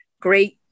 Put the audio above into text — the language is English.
great